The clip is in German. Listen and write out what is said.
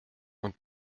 und